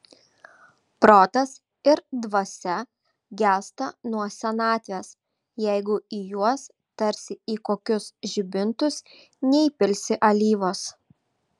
protas ir dvasia gęsta nuo senatvės jeigu į juos tarsi į kokius žibintus neįpilsi alyvos